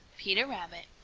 peter rabbit.